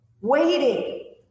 waiting